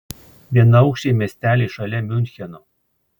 vienaaukščiai miesteliai šalia miuncheno